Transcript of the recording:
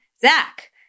zach